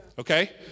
Okay